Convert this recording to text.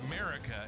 America